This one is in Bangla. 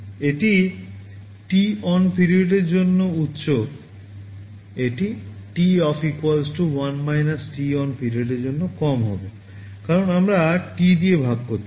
এটি t on পিরিয়ডের জন্য উচ্চ এটি t off 1 t on পিরিয়ডের জন্য কম হবে কারণ আমরা T দিয়ে ভাগ করছি